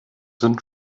sind